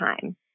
time